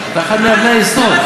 אתה אחד מאבני היסוד.